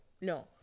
no